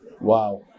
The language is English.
Wow